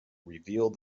revealed